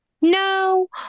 No